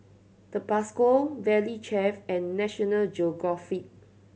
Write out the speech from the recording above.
Tabasco Valley Chef and National Geographic